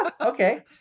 okay